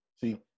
See